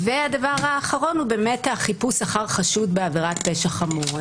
הדבר האחרון הוא החיפוש אחר חשוד בעבירת פשע חמור.